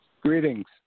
Greetings